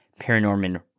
Paranorman